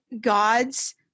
God's